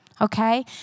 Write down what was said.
Okay